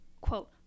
quote